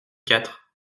quatre